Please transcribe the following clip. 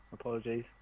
apologies